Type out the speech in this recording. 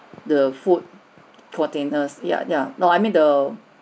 the food containers yup yeah no I mean the